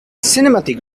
cinematic